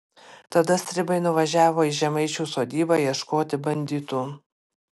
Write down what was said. tada stribai nuvažiavo į žemaičių sodybą ieškoti banditų